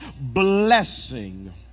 blessing